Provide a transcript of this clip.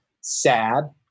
sad